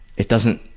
it doesn't,